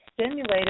stimulated